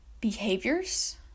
behaviors